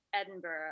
Edinburgh